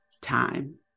time